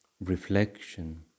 reflection